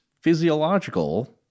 physiological